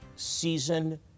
season